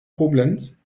koblenz